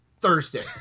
Thursday